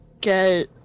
get